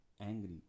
angry